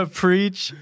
preach